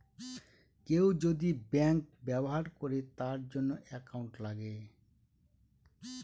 কেউ যদি ব্যাঙ্ক ব্যবহার করে তার জন্য একাউন্ট লাগে